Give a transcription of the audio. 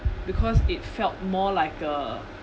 because it felt more like a